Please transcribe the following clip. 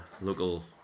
local